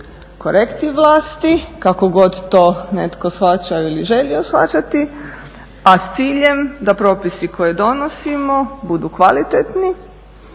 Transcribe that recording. korektiv vlasti kako god to netko shvaćao ili želio shvaćati, a s ciljem da propisi koje donosimo budu kvalitetni